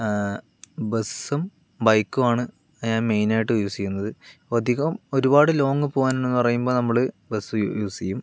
ബസ്സും ബൈക്കുമാണ് ഞാൻ മെയ്നായിട്ട് യൂസ് ചെയ്യുന്നത് ഇപ്പോൾ അധികം ഒരുപാട് ലോങ്ങ് പോകാനെന്നു പറയുമ്പോൾ നമ്മൾ ബസ്സ് യൂസ് ചെയ്യും